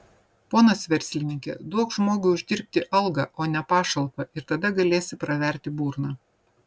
ponas verslininke duok žmogui uždirbti algą o ne pašalpą ir tada galėsi praverti burną